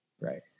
right